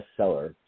bestseller